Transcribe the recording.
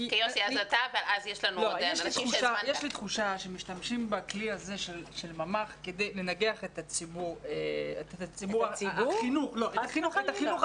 יש לי תחושה שמשתמשים בכלי הזה של ממ"ח כדי לנגח את החינוך החרדי.